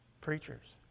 preachers